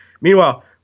Meanwhile